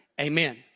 Amen